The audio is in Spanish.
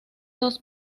dos